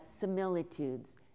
similitudes